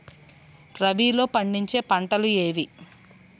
రబీలో పండించే పంటలు ఏవి?